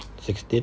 sixteen